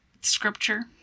Scripture